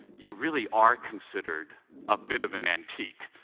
you really are considered a bit of an antique.